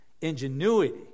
Ingenuity